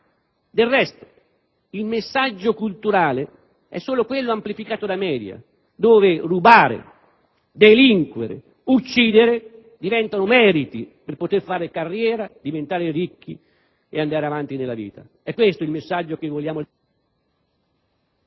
Del resto, il messaggio culturale è solo quello amplificato dai *media*, dove rubare, delinquere, uccidere, diventano meriti per poter fare carriera, diventare ricchi ed andare avanti nella vita. È questo il messaggio che vogliamo